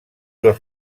dels